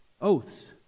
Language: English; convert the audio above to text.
Oaths